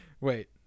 Wait